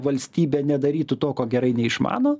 valstybė nedarytų to ko gerai neišmano